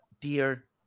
Dear